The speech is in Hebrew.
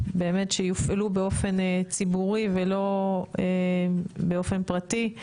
שבאמת יופעלו באופן ציבורי ולא באופן פרטי.